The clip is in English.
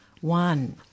One